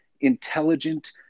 intelligent